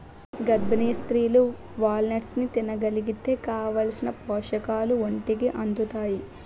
గర్భిణీ స్త్రీలు వాల్నట్స్ని తినగలిగితే కావాలిసిన పోషకాలు ఒంటికి అందుతాయి